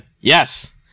Yes